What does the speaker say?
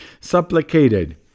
supplicated